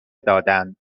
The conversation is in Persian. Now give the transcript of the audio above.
دادند